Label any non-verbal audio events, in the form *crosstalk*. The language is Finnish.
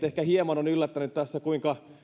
*unintelligible* ehkä hieman on yllättänyt tässä kuinka